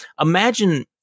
imagine